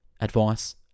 advice